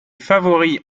favoris